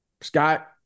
Scott